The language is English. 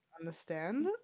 understand